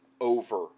over